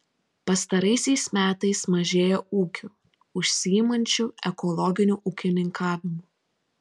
pastaraisiais metais mažėja ūkių užsiimančių ekologiniu ūkininkavimu